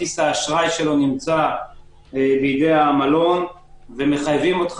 כרטיס האשראי שלו נמצא בידי המלון ומחייבים אותו